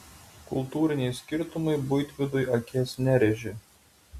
kultūriniai skirtumai buitvidui akies nerėžė